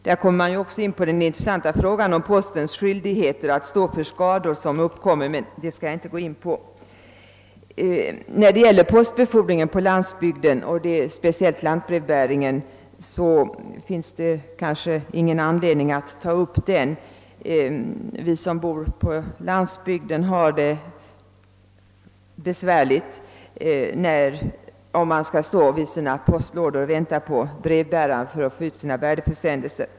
Där kommer vi också fram till den intressanta frågan om postens skyldigheter att stå för skador som uppkommer, men den skall jag inte nu gå in på. Det finns kanske inte anledning att nu ta upp frågan om postbefordringen på landsbygden, framför allt lantbrevbäringen. Vi som bor på landsbygden har :det besvärligt när vi skall stå vid våra postlådor och vänta på brevbäraren för att få ut värdeförsändelser.